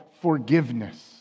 forgiveness